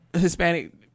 Hispanic